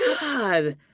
God